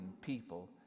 people